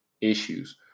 issues